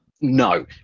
No